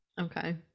Okay